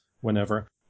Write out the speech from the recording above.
whenever